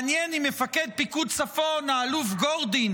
מעניין אם מפקד פיקוד צפון האלוף גורדין